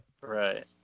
Right